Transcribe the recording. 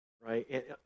right